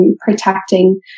protecting